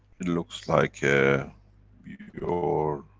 it looks like. your